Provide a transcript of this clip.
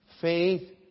faith